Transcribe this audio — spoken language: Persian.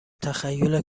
تخیل